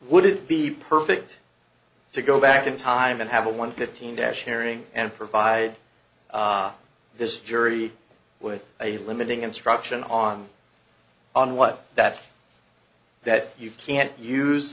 would it be perfect to go back in time and have a one fifteen dash hearing and provide this jury with a limiting instruction on on what that that you can't use